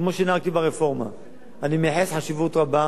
כמו שנהגתי ברפורמה אני מייחס חשיבות רבה